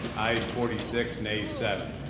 ayes forty six, nays seven.